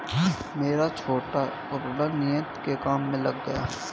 मेरा छोटू कपड़ा निर्यात के काम में लग गया है